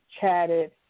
chatted